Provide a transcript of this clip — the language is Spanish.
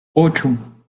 ocho